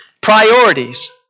Priorities